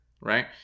right